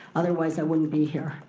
otherwise i wouldn't be here.